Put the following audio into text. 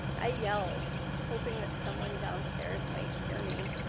i yelled, hoping that someone downstairs might hear me.